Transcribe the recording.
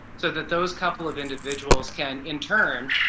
so that those couple of individuals can in turn